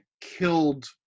killed